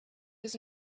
his